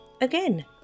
again